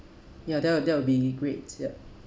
ya that will that will be great yup